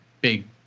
big